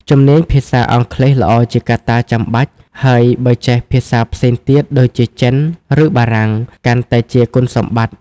ជំនាញភាសាអង់គ្លេសល្អជាកត្តាចាំបាច់ ហើយបើចេះភាសាផ្សេងទៀតដូចជាចិន ឬបារាំង កាន់តែជាគុណសម្បត្តិ។